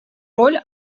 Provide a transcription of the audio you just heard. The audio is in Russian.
роль